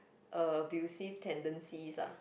abusive tendencies ah